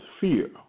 fear